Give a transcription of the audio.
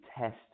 test